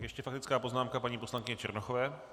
Ještě faktická poznámka paní poslankyně Černochové.